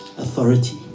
authority